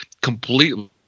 Completely